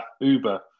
Uber